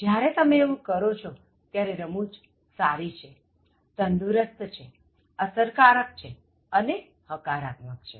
જ્યારે તમે એવું કરો છો ત્યારે રમૂજ સારી છે તંદુરસ્ત છે અસરકારક છે અને હકારાત્મક છે